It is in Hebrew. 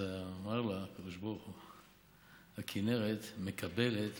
אז אמר לה הקדוש ברוך הוא: הכינרת מקבלת ונותנת,